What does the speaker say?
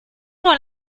nur